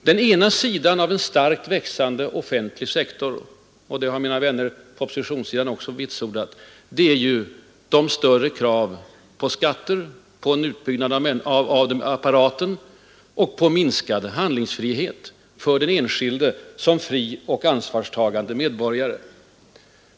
Den andra sidan av en starkt växande offentlig sektor — det har mina vänner på oppositionssidan också vitsordat — är ju större krav på skatter, på en utbyggnad av maktapparaten och en minskad handlingsfrihet för den enskilde som fri och ansvarstagande medborgare.